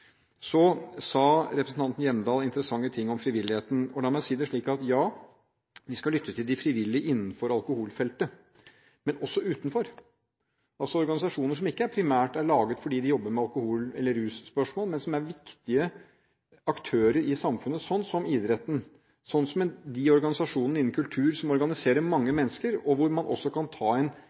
Representanten Hjemdal sa interessante ting om frivilligheten. La meg si det slik: Ja, vi skal lytte til de frivillige innenfor alkoholfeltet, men også til dem utenfor, altså til organisasjoner som ikke primært jobber med alkohol eller russpørsmål, men som er viktige aktører i samfunnet – sånn som idretten og de organisasjonene innen kultur som organiserer mange mennesker, og hvor man også kan ta